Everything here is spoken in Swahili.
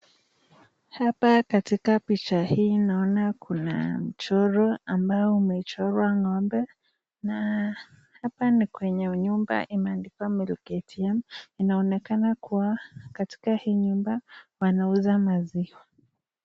Hapa katika picha hii naona kuna mchoro ambao umechorwa ng'ombe na hapa ni kwenye nyumba imeandikwa Milk ATM[]cs. Inaonekana kuwa katika hii nyumba wanauza maziwa.